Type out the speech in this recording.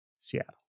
Seattle